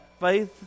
faith